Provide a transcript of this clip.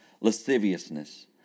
lasciviousness